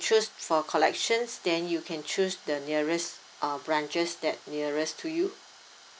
choose for collections then you can choose the nearest uh branches that nearest to you